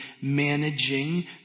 managing